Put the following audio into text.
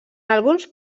alguns